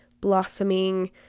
blossoming